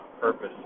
purpose